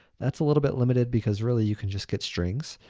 that's a little bit limited because really you could just get strings,